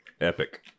epic